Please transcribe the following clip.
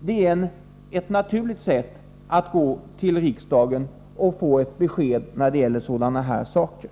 Det är naturligt att gå till riksdagen och få ett besked när det gäller sådana här saker.